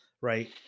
right